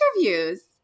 interviews